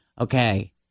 okay